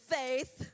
faith